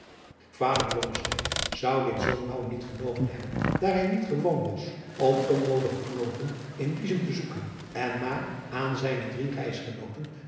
blommesteyn zou dit zoo naauw niet genomen hebben daar hij niet gewoon was om onnoodige knoopen in biezen te zoeken en maar aan zijne drie